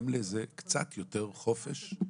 קצת יותר חופש,